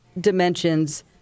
dimensions